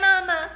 mama